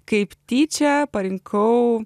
kaip tyčia parinkau